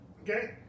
Okay